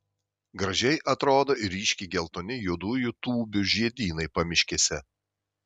gražiai atrodo ir ryškiai geltoni juodųjų tūbių žiedynai pamiškėse